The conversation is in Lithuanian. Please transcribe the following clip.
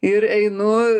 ir einu